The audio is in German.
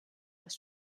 das